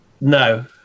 no